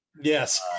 Yes